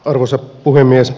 arvoisa puhemies